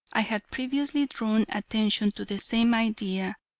i had previously drawn attention to the same idea,